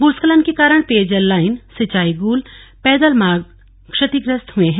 भूस्खलन के कारण पेयजल लाईन सिंचाई गूल पैदल मार्ग क्षतिग्रस्त हुए हैं